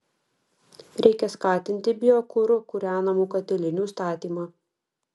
reikia skatinti biokuru kūrenamų katilinių statymą